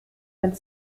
wenn